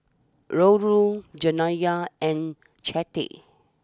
Rollo Janiya and Chante